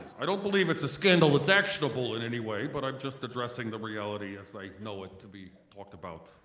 i don't believe it's a scandal it's actionable in any way but i'm just addressing the reality as i know it to be talked about.